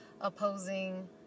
opposing